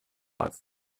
life